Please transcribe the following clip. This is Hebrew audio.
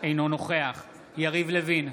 אינו נוכח יריב לוין,